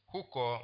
Huko